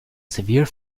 severe